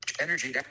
Energy